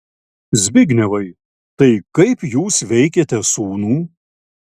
zbignevai tai kaip jūs veikiate sūnų